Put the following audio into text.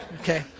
Okay